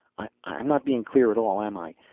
i'm not being clear at all, am i?